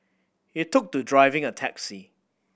he took to driving a taxi